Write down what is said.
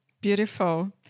Beautiful